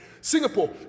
Singapore